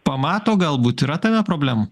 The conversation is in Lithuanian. pamato galbūt yra tame problemų